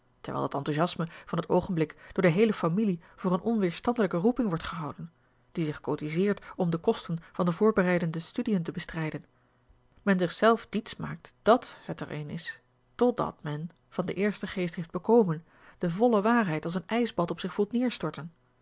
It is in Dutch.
terwijl dat enthousiasme van het oogenblik door de heele familie voor eene onweerstandelijke roeping wordt gehouden die zich côtiseert om de kosten van de voorbereidende studiën te bestrijden men zich zelf diets maakt dàt het er eene is ttdat men van de eerste geestdrift bekomen de volle waarheid als een ijsbad op zich voelt